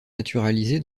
naturalisé